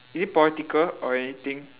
is it political or anything